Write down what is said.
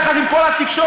יחד עם כל התקשורת,